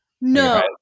No